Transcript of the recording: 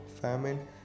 famine